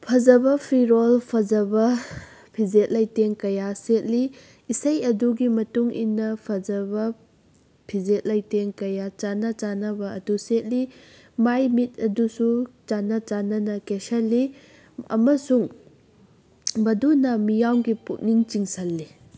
ꯐꯖꯕ ꯐꯤꯔꯣꯜ ꯐꯖꯕ ꯐꯤꯖꯦꯠ ꯂꯩꯇꯦꯡ ꯀꯌꯥ ꯁꯦꯠꯂꯤ ꯏꯁꯩ ꯑꯗꯨꯒꯤ ꯃꯇꯨꯡ ꯏꯟꯅ ꯐꯖꯕ ꯐꯤꯖꯦꯠ ꯂꯩꯇꯦꯡ ꯀꯌꯥ ꯆꯥꯟꯅ ꯆꯥꯟꯅꯕ ꯑꯗꯨ ꯁꯦꯠꯂꯤ ꯃꯥꯏ ꯃꯤꯠ ꯑꯗꯨꯁꯨ ꯆꯥꯟꯅ ꯆꯥꯟꯅꯅ ꯀꯦꯁꯜꯂꯤ ꯑꯃꯁꯨꯡ ꯃꯗꯨꯅ ꯃꯤꯌꯥꯝꯒꯤ ꯄꯨꯛꯅꯤꯡ ꯆꯤꯡꯁꯤꯜꯂꯤ